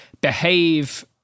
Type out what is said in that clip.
behave